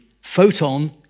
photon